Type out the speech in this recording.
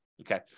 Okay